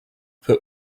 put